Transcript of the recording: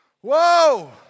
Whoa